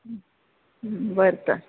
बरें तर